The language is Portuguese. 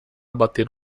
bater